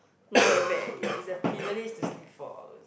not that bad already it's a privilege to sleep four hours